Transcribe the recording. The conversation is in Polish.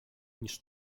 niż